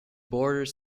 borders